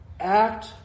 act